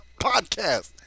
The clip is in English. podcast